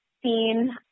seen